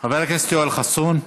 חבר הכנסת יואל חסון,